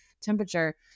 temperature